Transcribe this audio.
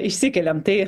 išsikeliam tai